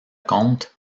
comte